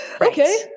Okay